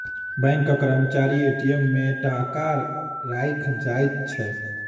बैंकक कर्मचारी ए.टी.एम मे टाका राइख जाइत छै